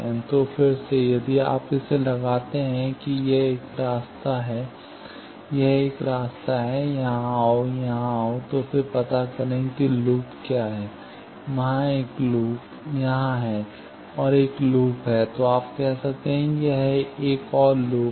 तो फिर से यदि आप इसे लगाते हैं कि एक रास्ता यह है एक और रास्ता है यहाँ जाओ यहाँ आओ तो फिर पता करें कि लूप क्या है वहाँ हैं एक लूप यहाँ है एक और लूप है आप कह सकते हैं कि यह एक और लूप है